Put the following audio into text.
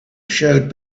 showed